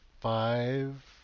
five